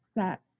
set